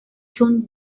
chun